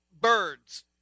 birds